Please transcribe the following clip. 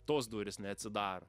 tos durys neatsidaro